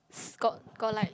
got got like